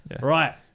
Right